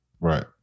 Right